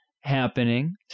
happening